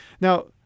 Now